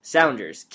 Sounders